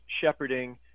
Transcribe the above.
shepherding